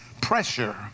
pressure